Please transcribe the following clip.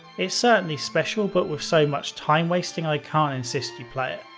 it's certainly special, but with so much time wasting, i can't insist you play it.